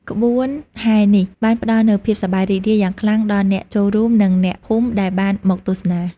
ក្បួនហែរនេះបានផ្តល់នូវភាពសប្បាយរីករាយយ៉ាងខ្លាំងដល់អ្នកចូលរួមនិងអ្នកភូមិដែលបានមកទស្សនា។